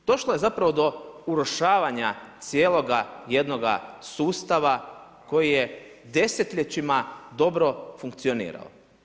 Došlo je zapravo do urušavanja cijeloga jednoga sustava koji je desetljećima dobro funkcionirao.